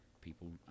people